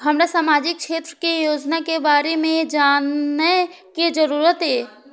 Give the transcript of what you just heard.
हमरा सामाजिक क्षेत्र के योजना के बारे में जानय के जरुरत ये?